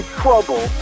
trouble